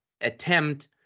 attempt